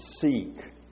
seek